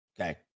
okay